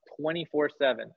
24-7